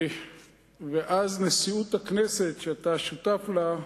ואז נשיאות הכנסת, שאתה שותף לה,